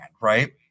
right